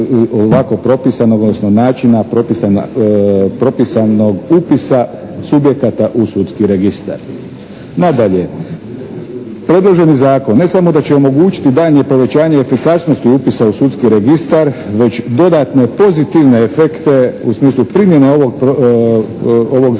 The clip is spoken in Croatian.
ovakvo propisanog odnosno načina propisanog upisa subjekata u Sudski registar. Nadalje, predloženi zakon ne samo da će omogućiti daljnje povećanje efikasnosti upisa u Sudski registar već dodatne pozitivne efekte u smislu primjene ovog zakona